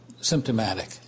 symptomatic